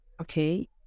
Okay